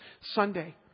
Sunday